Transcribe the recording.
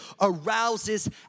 arouses